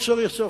לא צריך,